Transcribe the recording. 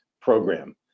program